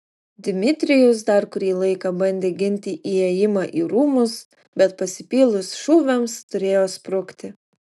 dmitrijus dar kurį laiką bandė ginti įėjimą į rūmus bet pasipylus šūviams turėjo sprukti